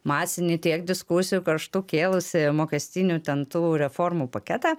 masinį tiek diskusijų karštų kėlusį mokestinių ten tų reformų paketą